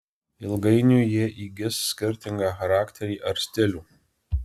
ilgainiui jie įgis skirtingą charakterį ar stilių